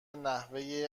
نحوه